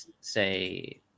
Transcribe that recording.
say